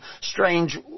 strange